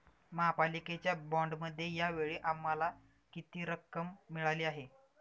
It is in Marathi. महापालिकेच्या बाँडमध्ये या वेळी आम्हाला किती रक्कम मिळाली आहे?